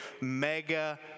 mega